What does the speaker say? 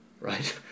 Right